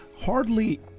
hardly